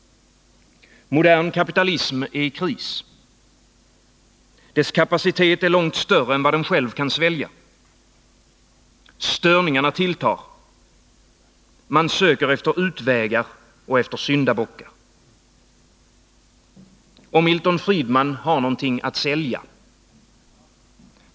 Modern kapitalism är i kris. Dess kapacitet är långt större än vad den själv kan svälja. Störningarna tilltar. Man söker efter utvägar och efter syndabockar. Och Milton Friedman har någonting att sälja.